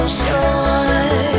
sure